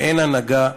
אין הנהגה,